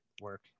work